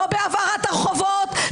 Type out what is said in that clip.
לא בהבערת הרחובות,